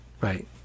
right